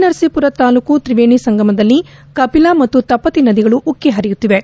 ನರಸೀಪುರ ತಾಲ್ಲೂಕು ತ್ರಿವೇಣಿ ಸಂಗಮದಲ್ಲಿ ಕಪಿಲಾ ಮತ್ತು ತಪತಿ ನದಿಗಳು ಉಕ್ಕಿ ಹರಿಯುತ್ತಿವೆ